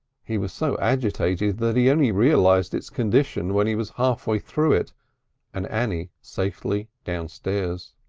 he was so agitated that he only realised its condition when he was half way through it and annie safely downstairs.